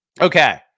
Okay